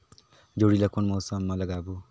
जोणी ला कोन मौसम मा लगाबो?